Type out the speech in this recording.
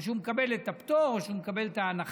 הוא מקבל את הפטור או שהוא מקבל את ההנחה.